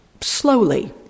slowly